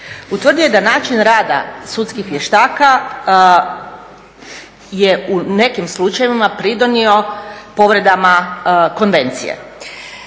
Utvrdio je da način rada sudskih vještaka je u nekim slučajevima pridonio povredama konvencije.